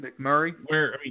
McMurray